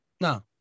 No